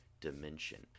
dimension